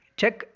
check